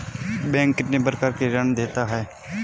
Bank कितने प्रकार के ऋण देता है?